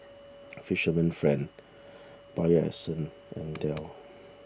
Fisherman's Friend Bio Essence and Dell